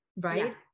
right